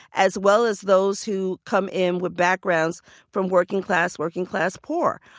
as well as those who come in with backgrounds from working class, working-class poor.